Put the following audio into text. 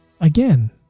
again